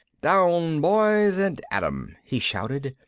down, boys, and at them, he shouted,